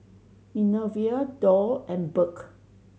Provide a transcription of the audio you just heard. Minervia Doll and Burk